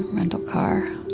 rental car,